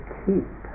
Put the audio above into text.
keep